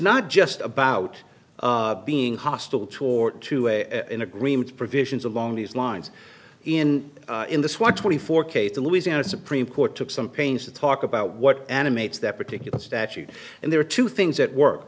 not just about being hostile toward an agreement provisions along these lines in in this one twenty four case the louisiana supreme court took some pains to talk about what animates that particular statute and there are two things at work